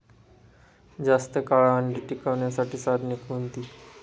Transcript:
जास्त काळ अंडी टिकवण्यासाठी साधने कोणती?